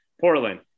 Portland